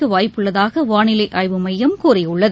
மழைக்குவாய்ப்புள்ளதாகவானிலைஆய்வு மையம் கூறியுள்ளது